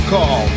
Call